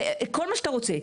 וכל מה שאתה רוצה.